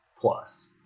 Plus